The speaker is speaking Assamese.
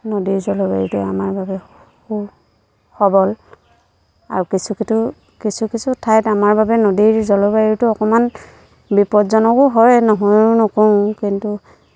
নদীৰ জলবায়ুটো আমাৰ বাবে সু সবল আৰু কিছু কিতু কিছু কিছু ঠাইত আমাৰ বাবে নদীৰ জলবায়ুটো অকণমান বিপদজনকো হয় নহয়ো নকওঁ কিন্তু